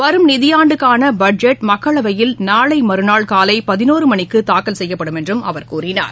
வரும் நிதியாண்டுக்கானபட்ஜெட் மக்களவையில் நாளைமறநாள் காலைபதினோருமணிக்குதாக்கல் செய்யப்படும் என்றும் அவர் கூறினார்